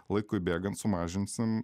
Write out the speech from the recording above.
laikui bėgant sumažinsim